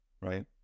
right